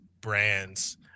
brands